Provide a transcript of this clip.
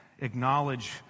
acknowledge